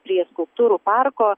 prie skulptūrų parko